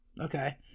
okay